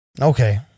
Okay